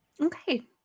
Okay